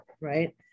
Right